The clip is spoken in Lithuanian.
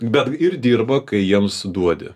bet ir dirba kai jiems duodi